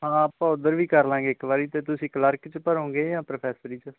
ਹਾਂ ਆਪਾਂ ਉੱਧਰ ਵੀ ਕਰ ਲਾਂਗੇ ਇੱਕ ਵਾਰੀ ਤਾਂ ਤੁਸੀਂ ਕਲਰਕ 'ਚ ਭਰੋਗੇ ਜਾਂ ਪ੍ਰੋਫੈਸਰੀ 'ਚ